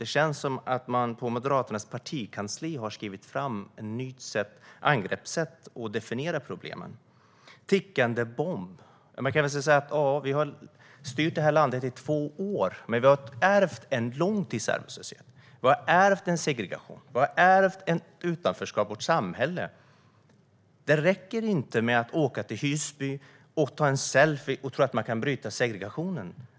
Det känns som att man på Moderaternas partikansli har tagit fram ett nytt angreppssätt och ett nytt sätt att definiera problemen. En tickande bomb? Vi har styrt det här landet i två år, men vi fick ärva långtidsarbetslöshet, segregation och utanförskap. Det räcker inte med att åka till Husby och ta en selfie och tro att man kan bryta segregationen.